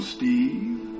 Steve